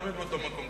תמיד באותו מקום,